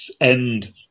end